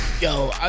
Yo